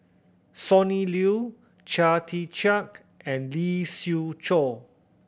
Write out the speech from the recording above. Sonny Liew Chia Tee Chiak and Lee Siew Choh